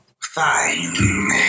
Fine